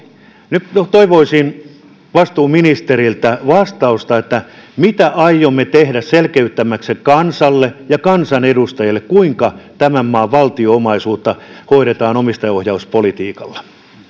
nyt toivoisin vastuuministeriltä vastausta mitä aiomme tehdä selkeyttääksemme kansalle ja kansanedustajille kuinka tämän maan valtion omaisuutta hoidetaan omistajaohjauspolitiikalla